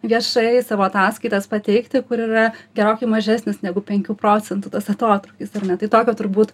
viešai savo ataskaitas pateikti kur yra gerokai mažesnis negu penkių procentų tas atotrūkis ar ne tai tokio turbūt